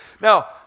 Now